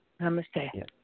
Namaste